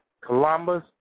Columbus